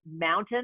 mountain